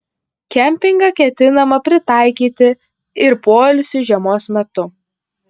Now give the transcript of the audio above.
kempingą ketinama pritaikyti ir poilsiui žiemos metu